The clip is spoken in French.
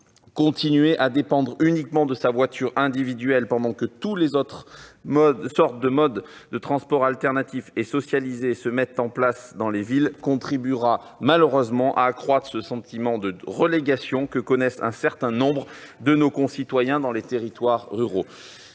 continuer à dépendre uniquement de sa voiture individuelle pendant que toutes sortes de modes de transports alternatifs et socialisés se mettent en place dans les villes contribuera malheureusement à accroître le sentiment de relégation que connaissent un certain nombre de nos concitoyens dans les territoires ruraux.